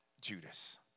Judas